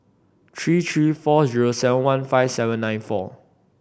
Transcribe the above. three three four zero seven one five seven nine four